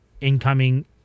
incoming